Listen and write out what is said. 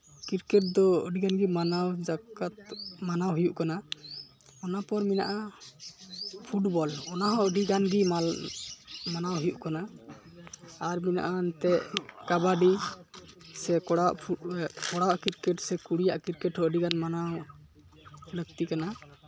cricket ᱫᱚ ᱟᱹᱰᱤ ᱜᱟᱱ ᱜᱮ ᱢᱟᱱᱟᱣ ᱠᱟᱡᱟᱛ ᱢᱟᱱᱟᱣ ᱦᱩᱭᱩᱜ ᱠᱟᱱᱟ ᱚᱱᱟ ᱯᱚᱨ ᱢᱮᱱᱟᱜᱼᱟ ᱯᱷᱩᱴᱵᱚᱞ ᱚᱱᱟᱦᱚᱸ ᱟᱹᱰᱤᱜᱟᱱ ᱜᱮ ᱢᱟᱱᱟᱣ ᱦᱩᱭᱩᱜ ᱠᱟᱱᱟ ᱟᱨ ᱢᱮᱱᱟᱜᱼᱟ ᱱᱚᱛᱮ ᱠᱟᱵᱟᱰᱤ ᱥᱮ ᱠᱚᱲᱟᱣᱟᱜ ᱠᱚᱲᱟᱣᱟᱜ ᱠᱨᱤᱠᱮᱴ ᱥᱮ ᱠᱩᱲᱤᱭᱟᱜ ᱠᱨᱤᱠᱮᱹᱴ ᱦᱚᱸ ᱟᱹᱰᱤᱜᱟᱱ ᱢᱟᱱᱟᱣ ᱞᱟᱹᱠᱛᱤ ᱠᱟᱱᱟ